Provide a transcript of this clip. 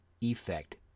effect